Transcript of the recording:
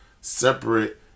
separate